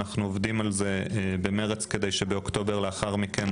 אנחנו עובדים על זה במרץ כדי שבאוקטובר לאחר מכן